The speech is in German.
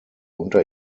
unter